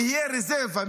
נהיה רזרבה,